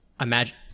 imagine